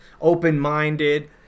open-minded